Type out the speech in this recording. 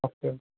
okay